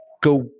go